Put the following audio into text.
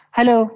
Hello